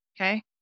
Okay